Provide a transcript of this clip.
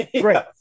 Great